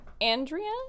Andrea